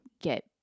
get